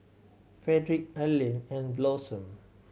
Fredrick Arlin and Blossom